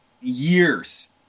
years